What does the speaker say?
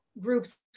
groups